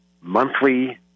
monthly